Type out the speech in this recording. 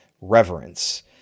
reverence